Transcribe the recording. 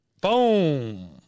Boom